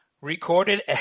recorded